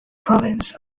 province